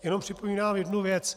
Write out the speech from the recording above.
Jenom připomínám jednu věc.